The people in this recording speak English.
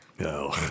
No